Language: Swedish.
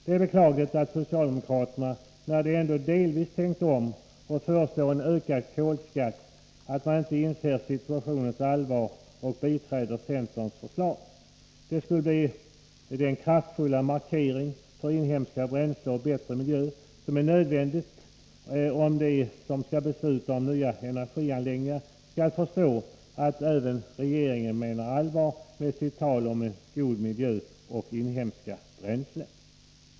Det är beklagligt att socialdemokraterna, när de ändå delvis tänkt om och föreslår en ökad kolskatt, inte inser situationens allvar och biträder centerns skatteförslag. Det skulle bli den kraftfulla markering för inhemska bränslen och bättre miljö som är nödvändig om de som skall besluta om nya energianläggningar skall förstå att även regeringen menar allvar med sitt tal om god miljö och inhemska bränslen.